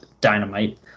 Dynamite